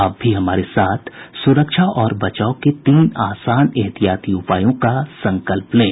आप भी हमारे साथ सुरक्षा और बचाव के तीन आसान एहतियाती उपायों का संकल्प लें